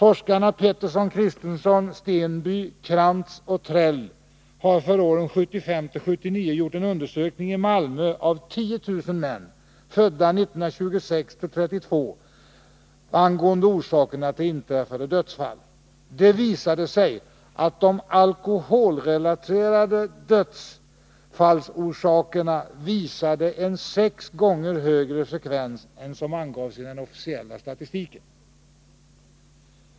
Forskarna Peterson, Kristenson, Stenby, Kranz och Trell har för åren 1975-1979 gjort en undersökning i Malmö av 10 000 män födda 1926-1932 angående orsakerna till inträffade dödsfall. De alkoholrelaterade dödsfallsorsakerna visade en sex gånger högre frekvens än som angavs i den officiella statistiken!